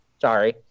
Sorry